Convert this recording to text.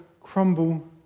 crumble